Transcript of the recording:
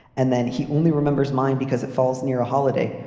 and then he only remembers mine because it falls near a holiday.